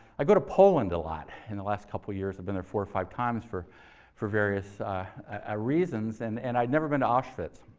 i go to poland a lot. in the last couple of years i've been there four or five times for for various ah reasons, and and i'd never been to auschwitz.